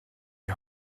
die